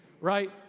right